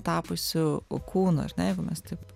tapusiu kūnu ar ne jeigu mes taip